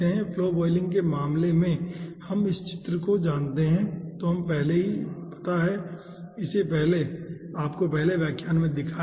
flow boiling के मामले में हम इस चित्र को जानते हैं जो आपको पहले से ही पता है इसे मैंने आपको पहले व्याख्यान में दिखाया है